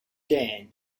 dan